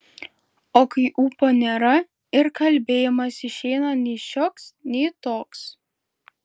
o kai ūpo nėra ir kalbėjimas išeina nei šioks nei toks